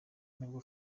nabwo